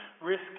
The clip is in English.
risk